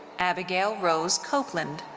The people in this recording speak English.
abigail rose copeland.